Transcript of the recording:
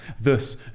Thus